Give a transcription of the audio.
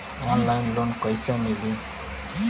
Online loan कइसे मिली?